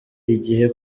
igihe